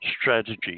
strategy